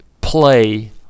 play